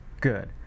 good